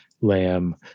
Lamb